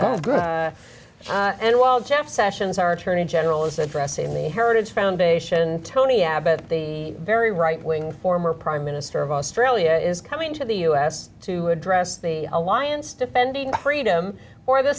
mr and while jeff sessions our attorney general is that pressing the heritage foundation tony abbott the very right wing former prime minister of australia is coming to the us to address the alliance defending freedom for the